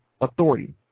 authority